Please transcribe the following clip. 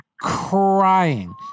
crying